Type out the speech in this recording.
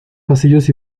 pasillos